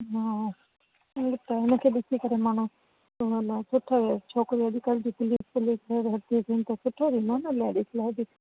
हा हू त हुन खे ॾिसी करे माण्हू सुठी छोकिरियूं अॼु कल्ह जी पुलिस में भर्ति थियनि त सुठो थींदो न लेडिस लाइ बि